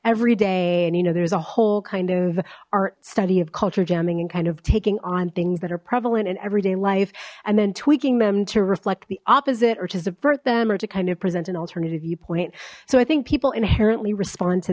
every day and you know there's a whole kind of art study of culture jamming and kind of taking on things that are prevalent in everyday life and then tweaking them to reflect the opposite or to subvert them or to kind of present an alternative viewpoint so i think people inherently respond to